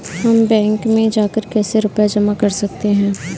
हम बैंक में जाकर कैसे रुपया जमा कर सकते हैं?